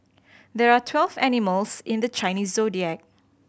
there are twelve animals in the Chinese Zodiac